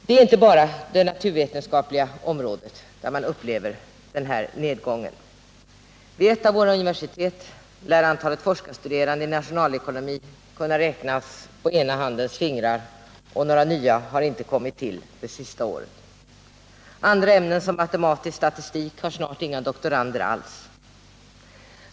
Det är inte bara på det naturvetenskapliga området man upplever den här nedgången. Vid ett av våra universitet lär antalet forskarstuderande i nationalekonomikunna räknas på ena handens fingrar och några nya har inte kommit till det senaste året. Andra ämnen, som matematisk statistik, har snart inga doktorander alls.